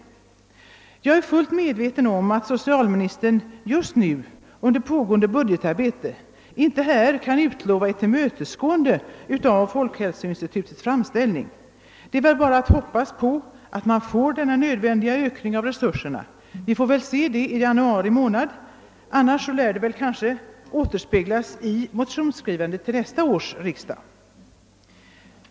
Jag är fullt medveten om att socialministern just nu under pågående budgetarbete inte här kan utlova ett tillmötesgående av folkhälsoinstitutets framställning. Det är väl bara att hoppas att denna nödvändiga ökning av resurserna blir verklighet. Vi får väl se hur det blir i januari nästa år. Annars lär väl denna fråga komma att återspeglas i motionsskrivandet till nästa års riksdag.